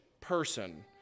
person